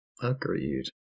Agreed